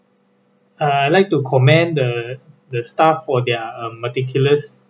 ah I like to commend the the staff for their um meticulous